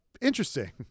interesting